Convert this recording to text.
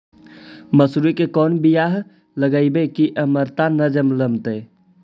मसुरी के कोन बियाह लगइबै की अमरता न जलमतइ?